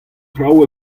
traoù